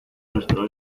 nuestro